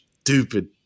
stupid